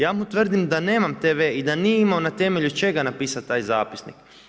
Ja mu tvrdim da nemam TV i da nije imao na temelju čega napisati taj zapisnik.